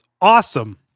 awesome